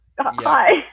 Hi